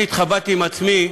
אני התחבטתי עם עצמי,